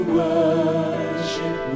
worship